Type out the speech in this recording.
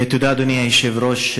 תודה, אדוני היושב-ראש.